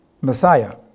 Messiah